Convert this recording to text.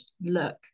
look